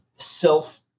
self